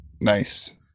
Nice